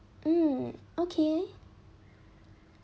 mm okay